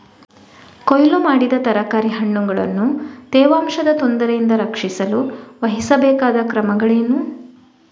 ಕೊಯ್ಲು ಮಾಡಿದ ತರಕಾರಿ ಹಣ್ಣುಗಳನ್ನು ತೇವಾಂಶದ ತೊಂದರೆಯಿಂದ ರಕ್ಷಿಸಲು ವಹಿಸಬೇಕಾದ ಕ್ರಮಗಳೇನು?